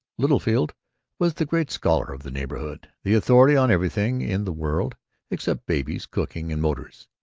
littlefield was the great scholar of the neighborhood the authority on everything in the world except babies, cooking, and motors.